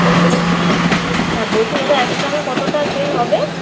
আচ্ছা বলছি হ্যাঁ বলছি দাদা একশো টাকায় কতটা তেল হবে